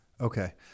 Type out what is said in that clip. Okay